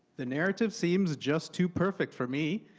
the narrative seems just too perfect for me,